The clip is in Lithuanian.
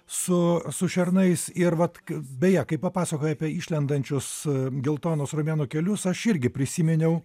su su šernais ir vat k beje kai papasakojai apie išlendančius geltonus romėnų kelius aš irgi prisiminiau